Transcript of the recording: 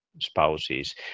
spouses